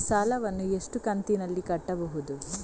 ಈ ಸಾಲವನ್ನು ಎಷ್ಟು ಕಂತಿನಲ್ಲಿ ಕಟ್ಟಬಹುದು?